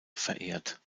verehrt